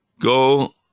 Go